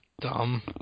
dumb